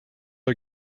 are